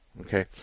Okay